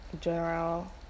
general